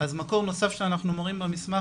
אז מקור נוסף שאנחנו מראים במסמך,